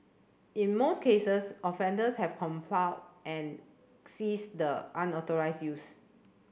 in most cases offenders have complied and ceased the unauthorised use